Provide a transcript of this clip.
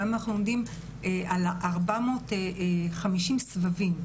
היום אנחנו עומדים על 450 סבבים,